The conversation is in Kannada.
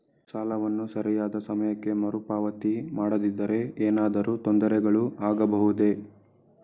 ಸಾಲವನ್ನು ಸರಿಯಾದ ಸಮಯಕ್ಕೆ ಮರುಪಾವತಿ ಮಾಡದಿದ್ದರೆ ಏನಾದರೂ ತೊಂದರೆಗಳು ಆಗಬಹುದೇ?